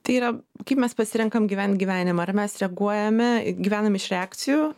tai yra kaip mes pasirenkam gyvent gyvenimą ar mes reaguojame gyvenam iš reakcijų